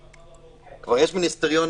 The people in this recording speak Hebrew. במיתקן,